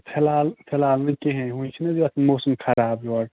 فِلہال فِلہال نہٕ کِہیٖنٛۍ وۅنۍ چھِنہٕ حظ یَتھ موسمٕے خَراب یور